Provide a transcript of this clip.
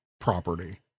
property